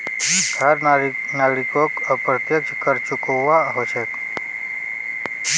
हर नागरिकोक अप्रत्यक्ष कर चुकव्वा हो छेक